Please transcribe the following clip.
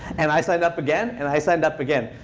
and i signed up again, and i signed up again.